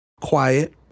quiet